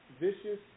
vicious